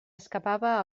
escapava